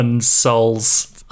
Souls